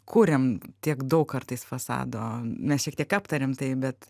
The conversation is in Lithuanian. kuriam tiek daug kartais fasado mes šiek tiek aptarėm tai bet